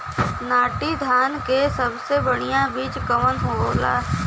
नाटी धान क सबसे बढ़िया बीज कवन होला?